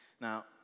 Now